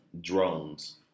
drones